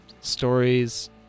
stories